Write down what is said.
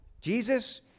Jesus